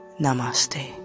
Namaste